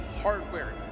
hardware